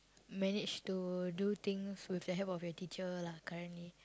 managed to do things with the help of your teacher lah currently